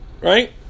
right